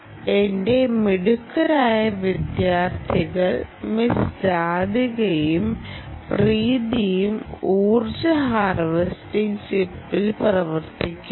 എന്റെ മിടുക്കരായ വിദ്യാർത്ഥികൾ മിസ് രാധികയും പ്രീതിയും ഊർജ്ജ ഹാർവെസ്റ്റിംഗ് ചിപ്പിൽ പ്രവർത്തിച്ചിരുന്നു